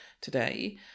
today